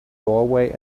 doorway